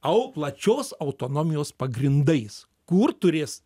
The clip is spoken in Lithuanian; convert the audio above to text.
au plačios autonomijos pagrindais kur turės